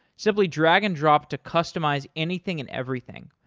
simply drag and drop to customize anything and everything.